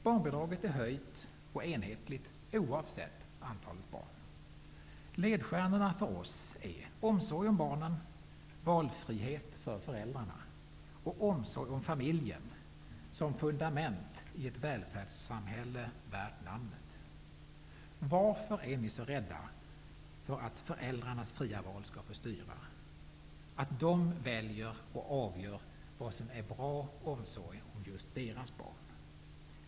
Barnbidraget är höjt och enhet ligt oavsett antalet barn. Ledstjärnorna för oss är omsorg om barnen, valfrihet för föräldrarna och omsorg om familjen som fundament i ett välfärds samhälle värt namnet. Varför är ni så rädda för att föräldrarnas fria val skall få styra, att de väljer och avgör vad som är bra omsorg om just deras barn?